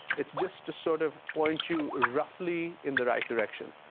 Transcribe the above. it's just to sort of point you roughly in the right direction.